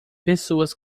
pessoas